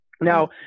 Now